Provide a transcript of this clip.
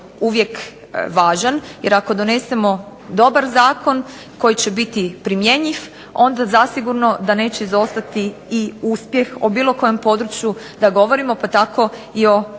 uvijek važan jer ako donesemo dobar zakon koji će biti primjenjiv onda zasigurno da neće izostati i uspjeh o bilo kojem području da govorimo pa tako i o